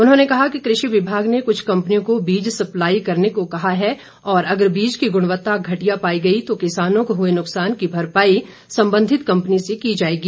उन्होंने कहा कि कृषि विभाग ने कृष्ठ कंपनियों को बीज सप्लाई करने को कहा है और अगर बीज की गुणवत्ता घटिया पाई गई तो किसानों को हुए नुकसान की भरपाई संबंधित कंपनी से की जाएगी